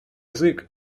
язык